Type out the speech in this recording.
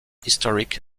historic